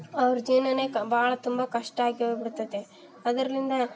ಅವ್ರ ಜೀವನನೇ ಕ ಭಾಳ ತುಂಬ ಕಷ್ಟ ಆಗಿ ಹೋಗ್ಬಿಡ್ತತೆ ಅದರಿಂದ